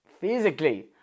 physically